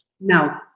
No